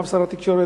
גם שר התקשורת.